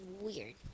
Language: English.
weird